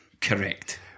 Correct